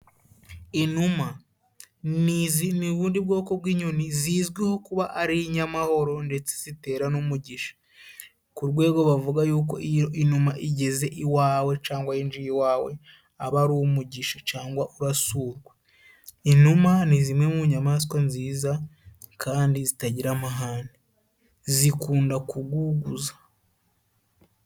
inuma ni izi ni ubundi bwoko bw'inyoni zizwiho kuba ari inyamahoro ndetse zitera n'umugisha, ku rwego bavuga yuko iyo inuma igeze iwawe cyangwa yinjiye iwawe, aba ari umugisha cyangwa urasurwa, inuma ni zimwe mu nyamaswa nziza kandi zitagira amahane, zikunda kuguguza